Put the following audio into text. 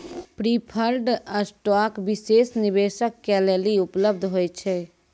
preferred stock विशेष निवेशक के लेली उपलब्ध होय छै